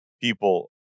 people